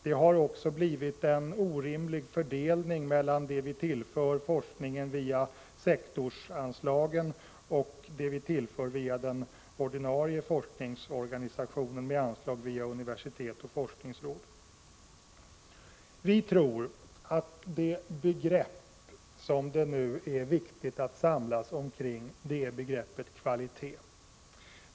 Det har också blivit en orimlig fördelning mellan det vi tillför forskningen via sektorsanslagen och det vi tillför via ordinarie forskningsorganisation med anslag via universitet och forskningsråd. Vi tror att det begrepp som det nu är viktigt att samlas kring är begreppet kvalitet.